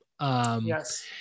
Yes